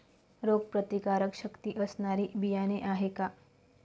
रोगप्रतिकारशक्ती असणारी बियाणे आहे का?